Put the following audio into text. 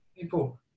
people